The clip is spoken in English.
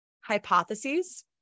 Hypotheses